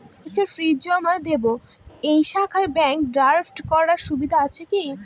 পরীক্ষার ফি জমা দিব এই শাখায় ব্যাংক ড্রাফট করার সুবিধা আছে কি?